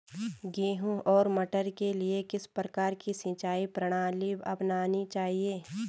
गेहूँ और मटर के लिए किस प्रकार की सिंचाई प्रणाली अपनानी चाहिये?